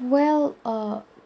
well err